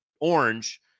orange